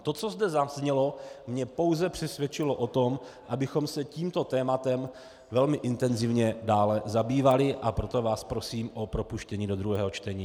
To, co zde zaznělo, mě pouze přesvědčilo o tom, abychom se tímto tématem velmi intenzivně dále zabývali, a proto vás prosím o propuštění do druhého čtení.